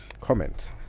comment